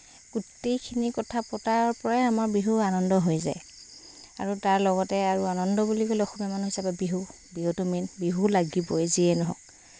গোটেইখিনি কথা পতাৰ পৰাই আমাৰ বহু আনন্দ হৈ যায় আৰু তাৰ লগতে আৰু আনন্দ বুলি ক'লে অসমীয়া মানুহ হিচাপে বিহু বিহুটো মেইন বিহু লাগিবই যিয়েই নহওঁক